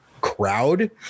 crowd